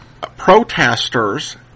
protesters